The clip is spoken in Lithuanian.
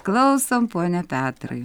klausom pone petrai